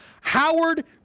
Howard